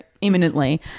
imminently